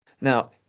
Now